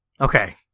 Okay